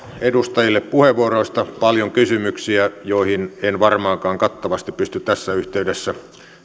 edustajille puheenvuoroista paljon kysymyksiä joihin en varmaankaan kattavasti pysty tässä yhteydessä